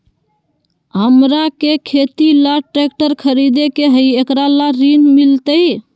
हमरा के खेती ला ट्रैक्टर खरीदे के हई, एकरा ला ऋण मिलतई?